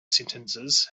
sentences